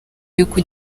yuko